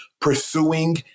pursuing